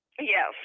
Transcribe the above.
Yes